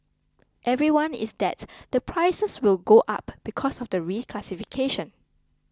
everyone is that the prices will go up because of the reclassification